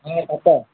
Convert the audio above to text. ହଁ ସତ